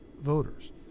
voters